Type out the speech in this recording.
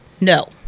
No